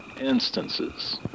instances